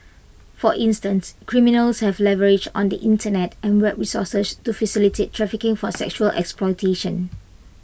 for instance criminals have leverage on the Internet and web resources to facilitate trafficking for sexual exploitation